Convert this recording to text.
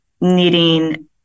needing